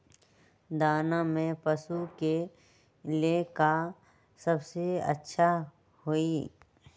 दाना में पशु के ले का सबसे अच्छा होई?